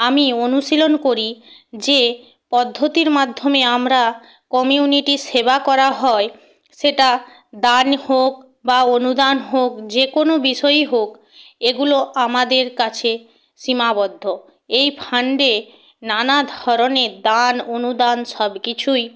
আমি অনুশীলন করি যে পদ্ধতির মাধ্যমে আমরা কমিউনিটির সেবা করা হয় সেটা দান হোক বা অনুদান হোক যে কোনো বিষয়ই হোক এগুলো আমাদের কাছে সীমাবদ্ধ এই ফান্ডে নানা ধরনের দান অনুদান সব কিছুই